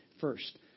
first